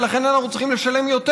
ולכן אנחנו צריכים לשלם יותר,